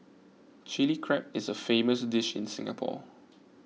Chilli Crab is a famous dish in Singapore